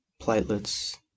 platelets